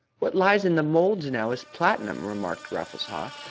what lies in the moulds now is platinum, remarked raffles haw.